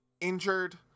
injured